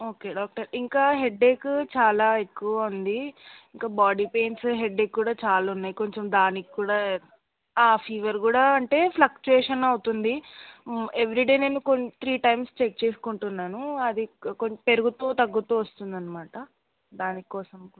okay doctor ఇంకా headache చాలా ఎక్కువ ఉంది ఇంకా బాడీ పెయిన్సు హెడ్ఏక్కు కూడా చాలు ఉన్నాయి కొంచెం దానికి కూడా ఫీవర్ కూడా అంతే ఫ్లక్చుయేషన్ అవుతుంది ఎవిరీ డే నేను కొ త్రీ టైమ్స్ చెక్ చేసుకుంటున్నాను అది కొ పెరుగుతు తగ్గుతు వస్తుంది అన్నమాట దాని కోసం